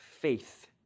faith